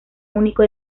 único